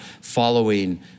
following